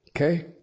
Okay